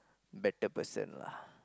better person lah